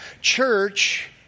Church